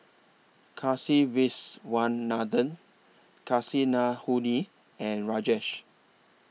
Kasiviswanathan Kasinadhuni and Rajesh